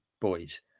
boys